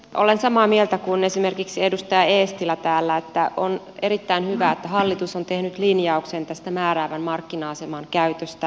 olen samaa mieltä kuin esimerkiksi edustaja eestilä täällä että on erittäin hyvä että hallitus on tehnyt linjauksen tästä määräävän markkina aseman käytöstä s ja k ryhmän osalta